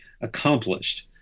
accomplished